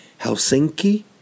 Helsinki